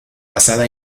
pasada